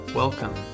Welcome